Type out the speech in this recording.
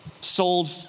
sold